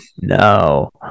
No